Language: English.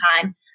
time